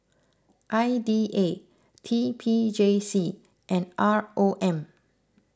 I D A T P J C and R O M